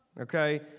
Okay